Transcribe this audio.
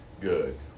Good